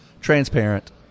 Transparent